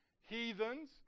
heathens